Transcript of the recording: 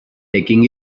taking